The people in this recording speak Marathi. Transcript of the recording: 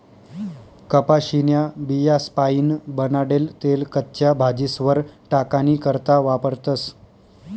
कपाशीन्या बियास्पाईन बनाडेल तेल कच्च्या भाजीस्वर टाकानी करता वापरतस